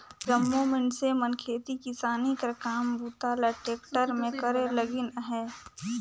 जम्मो मइनसे मन खेती किसानी कर काम बूता ल टेक्टर मे करे लगिन अहे